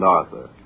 Arthur